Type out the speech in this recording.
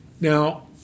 Now